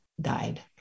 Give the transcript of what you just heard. died